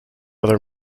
other